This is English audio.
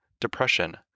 depression